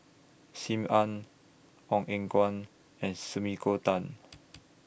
SIM Ann Ong Eng Guan and Sumiko Tan